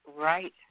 right